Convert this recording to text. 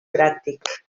pràctic